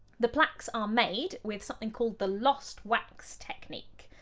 the plaques are made with something called the lost wax technique.